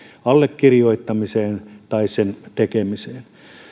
allekirjoittamiseen tai sen tekemiseen